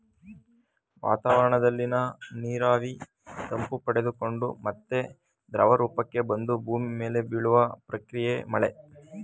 ವಾತಾವರಣದಲ್ಲಿನ ನೀರಾವಿ ತಂಪು ಪಡೆದುಕೊಂಡು ಮತ್ತೆ ದ್ರವರೂಪಕ್ಕೆ ಬಂದು ಭೂಮಿ ಮೇಲೆ ಬೀಳುವ ಪ್ರಕ್ರಿಯೆಯೇ ಮಳೆ